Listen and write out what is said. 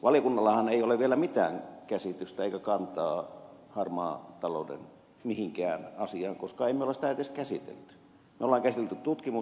valiokunnallahan ei ole vielä mitään käsitystä eikä kantaa harmaan talouden mihinkään asiaan koska emme me ole sitä edes käsitelleet